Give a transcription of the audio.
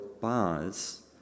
bars